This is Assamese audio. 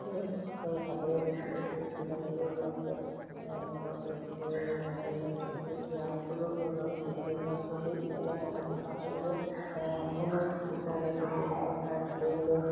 চাকৰি বাকৰি কিবাাকিবি ওলাইছে চৰকাৰী চাকৰিয়ে হওক বা ইণ্টাৰভিউ দিয়া সকলো ধৰণৰ আজিকালি ল'ৰা ছোৱালী ইমানে সা সুবিধা হ'ল যে সকলো ইণ্টাৰনেটত গুগলত চাৰ্ছ কৰিলেও